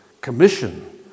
commission